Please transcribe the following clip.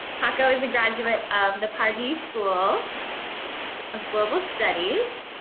paco is a graduate of the pardee school of global studies.